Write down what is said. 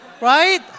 right